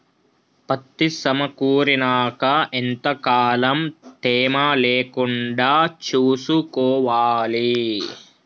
పత్తి సమకూరినాక ఎంత కాలం తేమ లేకుండా చూసుకోవాలి?